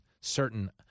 certain